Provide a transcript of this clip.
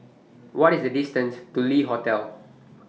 What IS The distance to Le Hotel